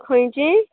खंयची